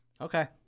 okay